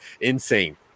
insane